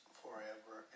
forever